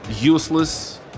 useless